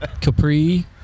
Capri